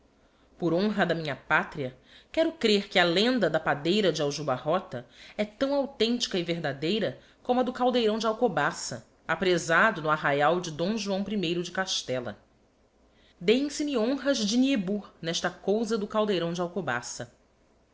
por honra da minha patria quero crêr que a lenda da padeira de aljubarrota é tão authentica e verdadeira como a do caldeirão de alcobaça apresado no arraial de d joão i de castella dêem se me honras de niebuhr n'esta cousa do caldeirão de alcobaça